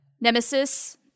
Nemesis